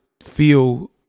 feel